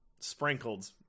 Sprinkled